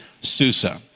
Susa